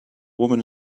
woman